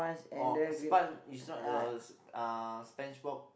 oh sponge is not a uh SpongeBob